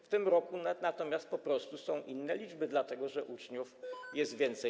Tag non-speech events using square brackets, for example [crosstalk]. W tym roku natomiast po prostu są inne liczby, [noise] dlatego że uczniów jest więcej.